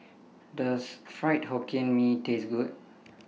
Does Fried Hokkien Mee Taste Good